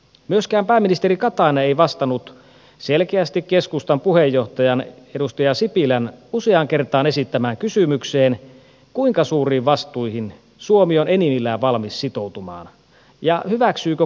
myöskään pääministeri katainen ei vastannut selkeästi keskustan puheenjohtajan edustaja sipilän useaan kertaan esittämään kysymykseen kuinka suuriin vastuihin suomi on enimmillään valmis sitoutumaan ja hyväksyykö kokoomus eurobondit